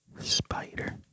spider